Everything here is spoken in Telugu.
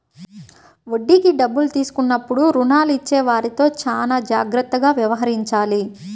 వడ్డీకి డబ్బులు తీసుకున్నప్పుడు రుణాలు ఇచ్చేవారితో చానా జాగ్రత్తగా వ్యవహరించాలి